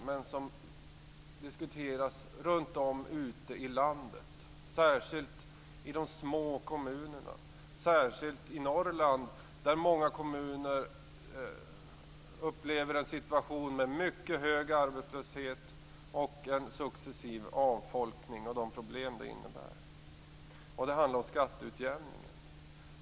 Den har dock diskuteras mycket runtom i landet - särskilt i de små kommunerna, och särskilt i Norrland där många kommuner upplever en situation med mycket hög arbetslöshet och en successiv avfolkning med de problem det innebär. Det handlar om skatteutjämningen.